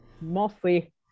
mostly